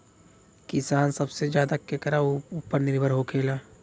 किसान सबसे ज्यादा केकरा ऊपर निर्भर होखेला?